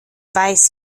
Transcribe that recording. weiß